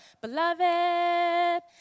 Beloved